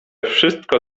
wszystko